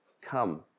come